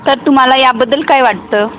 तर तुम्हाला याबद्दल काय वाटतं